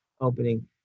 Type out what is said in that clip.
opening